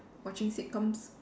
watching sitcoms